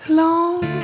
long